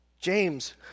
James